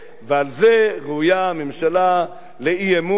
ועל זה ראויה הממשלה לאי-אמון,